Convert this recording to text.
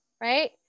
right